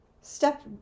step